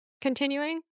continuing